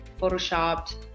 photoshopped